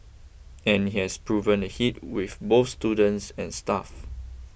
and it has proven a hit with both students and staff